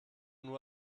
nur